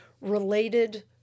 related